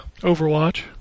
Overwatch